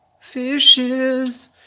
fishes